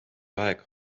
aeg